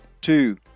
Two